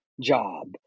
job